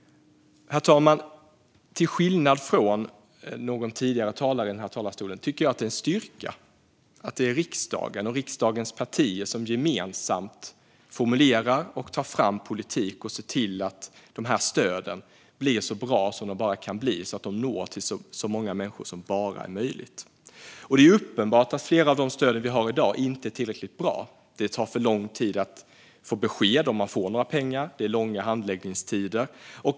Herr talman! Till skillnad från någon tidigare talare i denna talarstol tycker jag att det är en styrka att det är riksdagen och riksdagens partier som gemensamt formulerar och tar fram politik och som ser till att dessa stöd blir så bra som de kan bli och når så många människor som möjligt. Det är uppenbart att flera av de stöd vi har i dag inte är tillräckligt bra. Det tar för lång tid att få besked om huruvida man får några pengar. Det är långa handläggningstider.